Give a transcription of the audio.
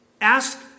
Ask